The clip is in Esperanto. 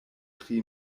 tri